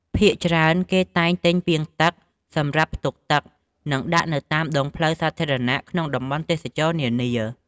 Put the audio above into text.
ភាគច្រើនគេតែងទិញពាងទឹកសម្រាប់ផ្ទុកទឹក និងដាក់នៅតាមដងផ្លូវសាធារណៈក្នុងតំបន់ទេសចរណ៍នានា។